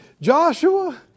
Joshua